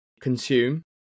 consume